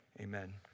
Amen